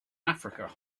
africa